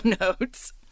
notes